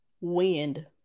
wind